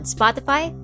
Spotify